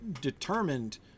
determined